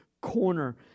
corner